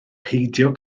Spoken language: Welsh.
peidio